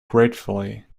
gratefully